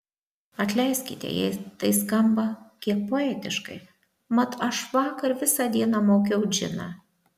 atleiskite jei tai skamba kiek poetiškai mat aš vakar visą dieną maukiau džiną